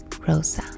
Rosa